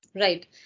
Right